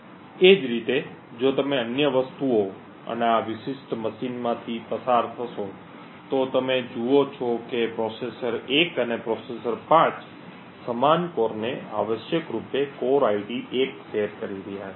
એ જ રીતે જો તમે અન્ય વસ્તુઓ અને આ વિશિષ્ટ મશીનમાંથી પસાર થશો તો તમે જુઓ છો કે પ્રોસેસર 1 અને પ્રોસેસર 5 સમાન કોરને આવશ્યક રૂપે કોર ID 1 શેર કરી રહ્યાં છે